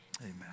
amen